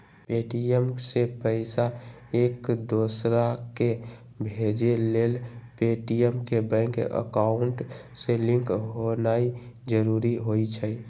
Paytm से पईसा एकदोसराकेँ भेजे लेल पेटीएम के बैंक अकांउट से लिंक होनाइ जरूरी होइ छइ